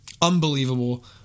unbelievable